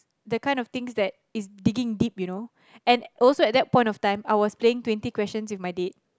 the kind of things that is digging deep you know and also at that point of time I was playing twenty questions with my date